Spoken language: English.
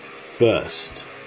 First